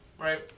Right